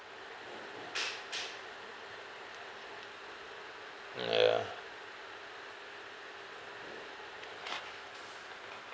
ya